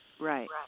Right